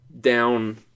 down